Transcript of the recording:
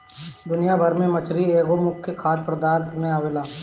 दुनिया भर में मछरी एगो मुख्य खाद्य पदार्थ में आवेला